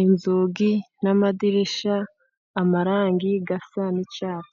inzugi, n'amadirishya amarangi yasa n'icyatsi.